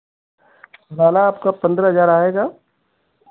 भाड़ा आपका पन्द्रह हज़ार आएगा